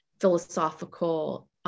philosophical